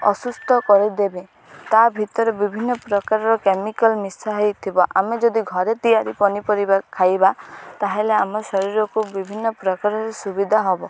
ଅସୁସ୍ଥ କରିଦେବେ ତା ଭିତରେ ବିଭିନ୍ନ ପ୍ରକାରର କେମିକାଲ୍ ମିଶା ହୋଇଥିବ ଆମେ ଯଦି ଘରେ ତିଆରି ପନିପରିବା ଖାଇବା ତାହେଲେ ଆମ ଶରୀରକୁ ବିଭିନ୍ନ ପ୍ରକାରର ସୁବିଧା ହେବ